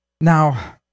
Now